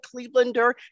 Clevelander